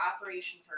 operation